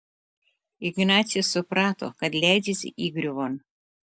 ignacius suprato kad leidžiasi įgriuvon